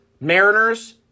Mariners